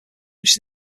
which